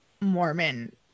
Mormon